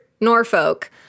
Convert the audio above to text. Norfolk